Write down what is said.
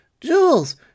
jules